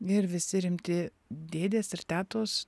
ir visi rimti dėdės ir tetos